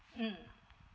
mmhmm